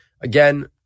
again